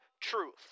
truth